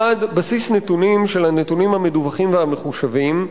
1. בסיס נתונים של הנתונים המדווחים והמחושבים,